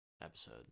Episode